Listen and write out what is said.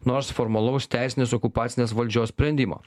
nors formalaus teisinės okupacinės valdžios sprendimo